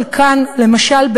חלקן למשל,